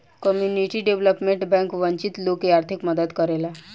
community development bank वंचित लोग के आर्थिक मदद करेला